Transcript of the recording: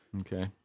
Okay